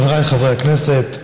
חבריי חברי הכנסת,